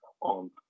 on